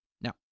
Now